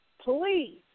Please